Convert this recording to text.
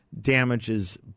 damages